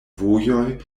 vojoj